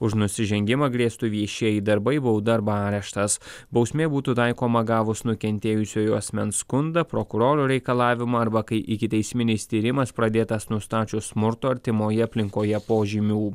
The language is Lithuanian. už nusižengimą grėstų viešieji darbai bauda arba areštas bausmė būtų taikoma gavus nukentėjusiojo asmens skundą prokuroro reikalavimą arba kai ikiteisminis tyrimas pradėtas nustačius smurto artimoje aplinkoje požymių